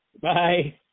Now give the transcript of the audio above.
Bye